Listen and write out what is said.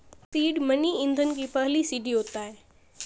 seed money ईंधन की पहली सीढ़ी होता है